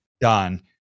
done